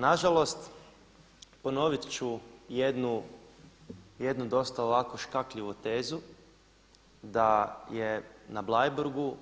Na žalost ponovit ću jednu dosta ovako škakljivu tezu da je na Bleiburgu